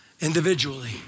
individually